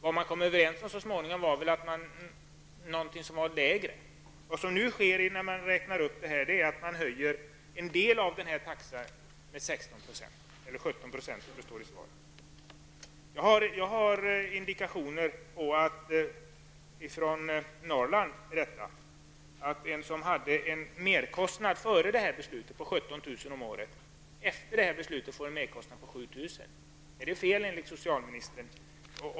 Vad man kom överens om så småningom var en lägre andel. Vad som nu sker när man räknar upp den är att man höjer en del av taxan med 17 %, som det står i svaret. Jag har indikationer -- de är från Norrland -- på att en som före det beslutet hade en merkostnad på 17 000 om året efter beslutet får en merkostnad på 7 000. Är det fel enligt socialministern?